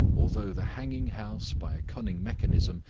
although the hanging house, by a cunning mechanism,